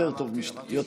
יותר טוב משטחים.